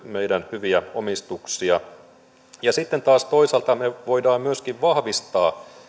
meidän hyviä omistuksia sitten taas toisaalta me voimme myöskin vahvistaa